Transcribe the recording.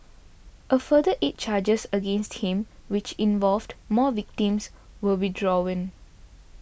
a further eight charges against him which involved more victims were withdrawn